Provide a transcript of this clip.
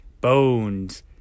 bones